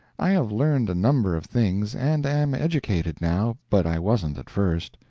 i have learned a number of things, and am educated, now, but i wasn't at first.